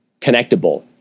connectable